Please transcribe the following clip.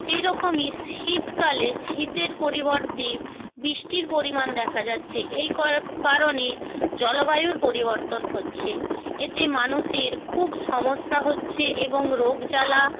সেরকমই শীতকালে শীতের পরিবর্তে বৃষ্টির পরিমাণ দেখা যাচ্ছে এই কারণে জলবায়ুর পরিবর্তন হচ্ছে এতে মানুষের খুব সমস্যা হচ্ছে এবং রোগ জ্বালা